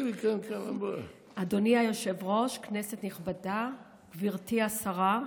אדוני היושב-ראש, כנסת נכבדה, גברתי השרה,